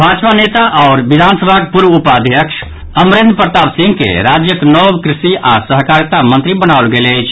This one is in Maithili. भाजपा नेता आओर विधानसभाक पूर्व उपाध्यक्ष अमरेन्द्र प्रताप सिंह के राज्यक नव कृषि आओर सहकारिता मंत्री बनाओल गेल अछि